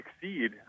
succeed